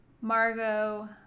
Margot